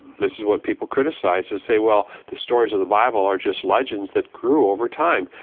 this is what people criticized and say, well, the stories of the bible are just legends that grew over time.